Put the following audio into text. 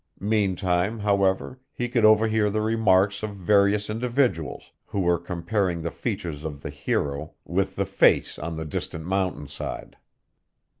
meantime, however, he could overhear the remarks of various individuals, who were comparing the features of the hero with the face on the distant mountainside.